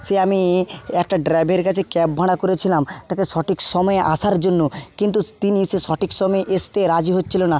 সে আমি একটা ড্রাইভারের কাছে ক্যাব ভাড়া করেছিলাম তাকে সঠিক সময়ে আসার জন্য কিন্তু তিনি সে সঠিক সময়ে আসতে রাজি হচ্ছিল না